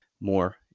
more